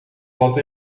plat